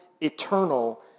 eternal